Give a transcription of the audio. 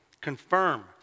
confirm